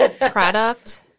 Product